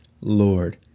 Lord